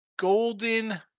Golden